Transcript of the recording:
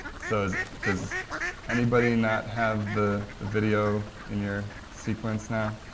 so does anybody not have the the video in your sequence now?